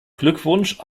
glückwunsch